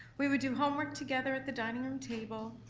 we would do homework together at the dining room table,